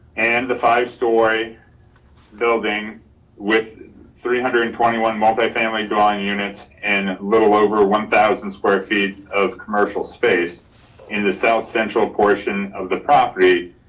and the five story building with three hundred and twenty one multifamily drawing units and little over one thousand square feet of commercial space in the south central portion of the property,